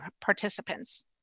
participants